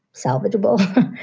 salvageable.